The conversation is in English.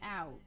out